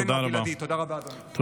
תודה רבה, אדוני.